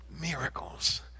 miracles